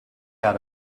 out